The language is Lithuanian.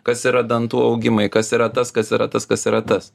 kas yra dantų augimai kas yra tas kas yra tas kas yra tas